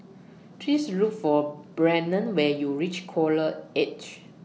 Please Look For Brennan when YOU REACH Coral Edge